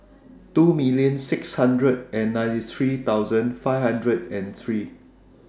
two million six hundred and ninety three thousand five hundred and three